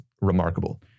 remarkable